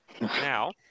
Now